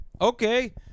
Okay